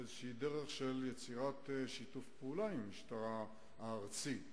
באיזושהי דרך של יצירת שיתוף פעולה עם המשטרה הארצית.